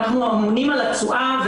אנחנו אמונים על התשואה,